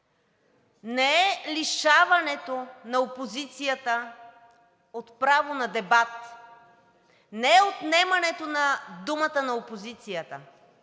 не е лишаването на опозицията от право на дебат, не е отнемането на думата на опозицията